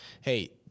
hey